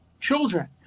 children